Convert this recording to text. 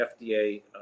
FDA